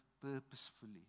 purposefully